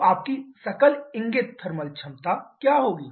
तो आपकी सकल इंगित थर्मल दक्षता क्या होगी